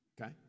okay